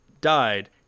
died